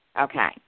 Okay